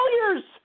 failures